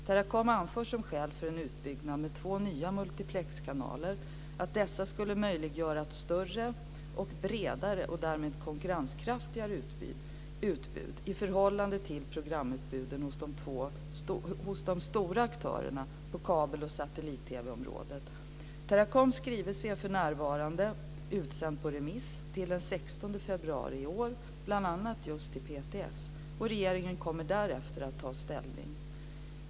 Teracom anför som skäl för en utbyggnad med två nya multiplexkanaler att dessa skulle möjliggöra ett större och bredare och därmed konkurrenskraftigare utbud i förhållande till programutbuden hos de stora aktörerna på kabel och satellit-TV-området. Teracoms skrivelse är för närvarande utsänd på remiss till den 16 februari i år, bl.a. just till PTS. Regeringen kommer därefter att ta ställning.